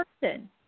person